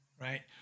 Right